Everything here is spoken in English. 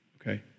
okay